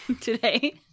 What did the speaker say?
today